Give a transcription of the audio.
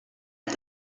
est